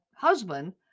husband